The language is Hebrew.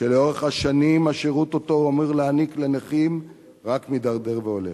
שלאורך השנים השירות שהוא אמור להעניק לנכים רק מידרדר והולך.